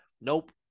Nope